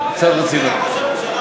איפה ראש הממשלה?